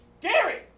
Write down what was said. Gary